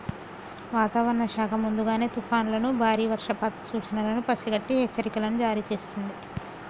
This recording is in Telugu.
వాతావరణ శాఖ ముందుగానే తుఫానులను బారి వర్షపాత సూచనలను పసిగట్టి హెచ్చరికలను జారీ చేస్తుంది